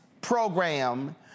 program